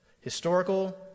historical